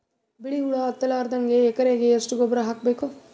ಬಿಳಿ ಹುಳ ಹತ್ತಲಾರದಂಗ ಎಕರೆಗೆ ಎಷ್ಟು ಗೊಬ್ಬರ ಹಾಕ್ ಬೇಕು?